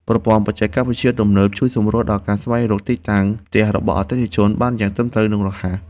ប្រព័ន្ធបច្ចេកវិទ្យាទំនើបជួយសម្រួលដល់ការស្វែងរកទីតាំងផ្ទះរបស់អតិថិជនបានយ៉ាងត្រឹមត្រូវនិងរហ័ស។